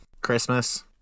Christmas